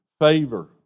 favor